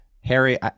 Harry